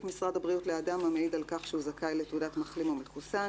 משרד הבריאות לאדם המעיד על כך שהוא זכאי לתעודת מחלים או מחוסן,